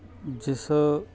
ਜਿਸ